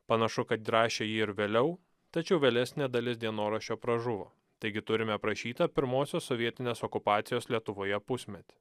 panašu kad rašė jį ir vėliau tačiau vėlesnė dalis dienoraščio pražuvo taigi turime aprašytą pirmosios sovietinės okupacijos lietuvoje pusmetį